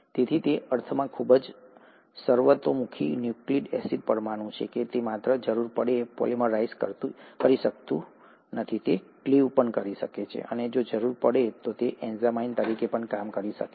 તેથી તે તે અર્થમાં ખૂબ જ સર્વતોમુખી ન્યુક્લીક એસિડ પરમાણુ છે કે તે માત્ર જરૂર પડ્યે પોલીમરાઈઝ કરી શકતું નથી તે ક્લીવ પણ કરી શકે છે અને જો જરૂર હોય તો તે એન્ઝાઇમ તરીકે પણ કામ કરી શકે છે